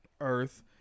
Earth